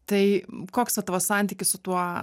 tai koks tavo santykis su tuo